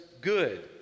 good